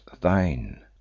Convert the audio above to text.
thine